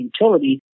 utility